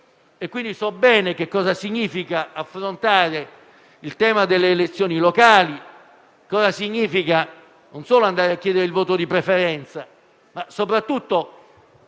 e quindi so bene cosa significa affrontare il tema delle elezioni locali e cosa significa non solo andare a chiedere il voto di preferenza, ma soprattutto